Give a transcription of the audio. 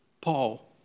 Paul